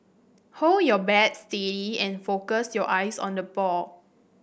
hold your bat steady and focus your eyes on the ball